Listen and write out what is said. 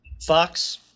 Fox